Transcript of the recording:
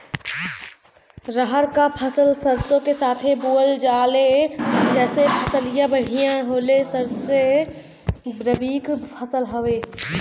रहर क फसल सरसो के साथे बुवल जाले जैसे फसलिया बढ़िया होले सरसो रबीक फसल हवौ